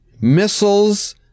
missiles